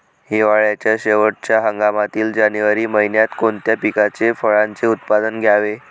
हिवाळ्याच्या शेवटच्या हंगामातील जानेवारी महिन्यात कोणत्या पिकाचे, फळांचे उत्पादन घ्यावे?